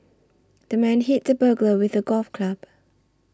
the man hit the burglar with a golf club